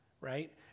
right